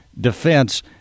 defense